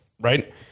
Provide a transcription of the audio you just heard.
right